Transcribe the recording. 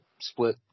split